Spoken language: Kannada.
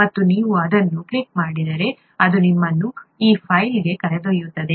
ಮತ್ತು ನೀವು ಅದನ್ನು ಕ್ಲಿಕ್ ಮಾಡಿದರೆ ಅದು ನಿಮ್ಮನ್ನು ಈ ಫೈಲ್ಗೆ ಕರೆದೊಯ್ಯುತ್ತದೆ